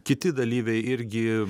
kiti dalyviai irgi